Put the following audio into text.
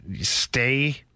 stay